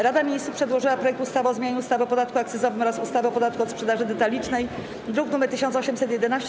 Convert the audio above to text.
Rada Ministrów przedłożyła projekt ustawy o zmianie ustawy o podatku akcyzowym oraz ustawy o podatku od sprzedaży detalicznej, druk nr 1811.